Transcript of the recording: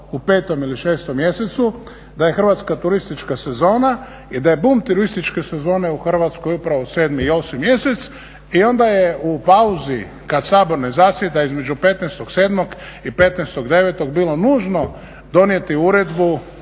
u 5. ili 6. mjesecu da je hrvatska turistička sezona i da je bum turističke sezone u Hrvatskoj upravo 7. i 8. mjesec i onda je u pauzi kad Sabor ne zasjeda, između 15.7. i 15.9., bilo nužno donijeti uredbu